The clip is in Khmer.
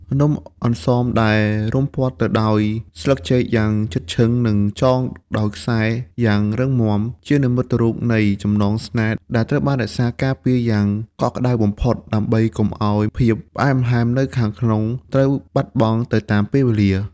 នំអន្សមដែលរុំព័ទ្ធទៅដោយស្លឹកចេកយ៉ាងជិតឈឹង និងចងដោយខ្សែយ៉ាងរឹងមាំ ជានិមិត្តរូបនៃចំណងស្នេហ៍ដែលត្រូវបានថែរក្សាការពារយ៉ាងកក់ក្ដៅបំផុត ដើម្បីកុំឱ្យភាពផ្អែមល្ហែមនៅខាងក្នុងត្រូវបាត់បង់ទៅតាមពេលវេលា។